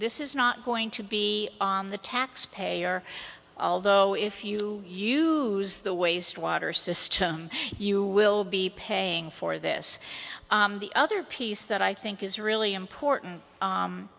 this is not going to be on the tax payer although if you use the waste water system you will be paying for this the other piece that i think is really important